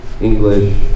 English